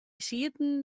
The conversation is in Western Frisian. sieten